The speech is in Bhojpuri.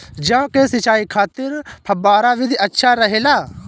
जौ के सिंचाई खातिर फव्वारा विधि अच्छा रहेला?